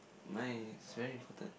mine is very important